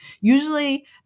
Usually